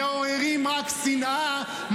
מעוררים רק שנאה,